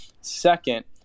Second